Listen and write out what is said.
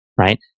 right